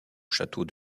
château